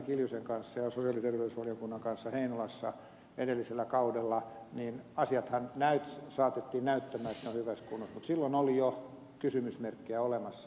kiljusen ja sosiaali ja terveysvaliokunnan kanssa heinolassa edellisellä kaudella asiathan saatettiin näyttämään että ne ovat hyvässä kunnossa mutta silloin oli jo kysymysmerkkejä olemassa